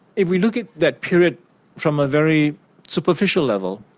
if we look at that period from a very superficial level,